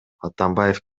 атамбаев